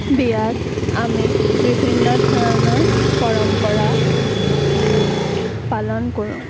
বিয়াত আমি বিভিন্ন ধৰণৰ পৰম্পৰা পালন কৰোঁ